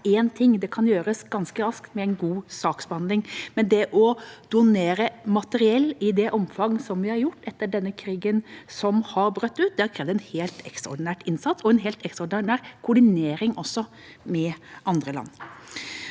det kan gjøres ganske raskt med en god saksbehandling, men det å donere materiell i det omfang som vi har gjort etter denne krigen som har brutt ut, har krevd en helt ekstraordinær innsats og en helt ekstraordinær koordinering også med andre land.